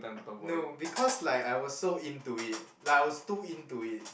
no because like I was so into it like I was too into it